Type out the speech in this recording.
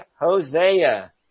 Hosea